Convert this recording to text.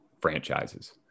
franchises